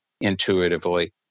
intuitively